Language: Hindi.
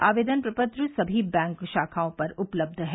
आवेदन प्रपत्र सभी बैंक शाखाओं पर उपलब्ध हैं